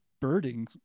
birding